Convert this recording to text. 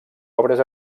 obres